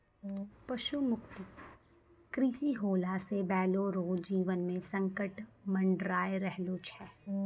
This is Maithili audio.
पशु मुक्त कृषि होला से बैलो रो जीवन मे संकट मड़राय रहलो छै